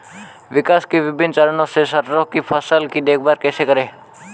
विकास के विभिन्न चरणों में सरसों की फसल की देखभाल कैसे करें?